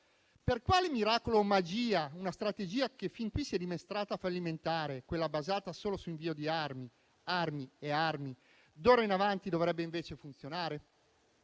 Per quale miracolo o magia una strategia che fin qui si è dimostrata fallimentare, quella basata solo su invio di armi, armi e armi, d'ora in avanti dovrebbe invece funzionare?